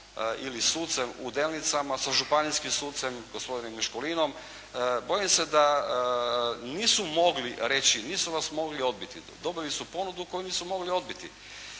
ili sucem u Delnicama, sa županijskim sucem gospodinom Miškulinom bojim se da nisu mogli reći, nisu vas mogli odbiti. Dobili su ponudu koju nisu mogli odbiti.